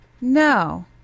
No